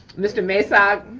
mr. mesag.